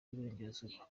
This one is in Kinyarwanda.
y’iburengerazuba